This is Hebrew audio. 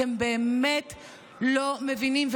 אתם באמת לא מבינים,